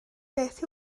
beth